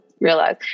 realize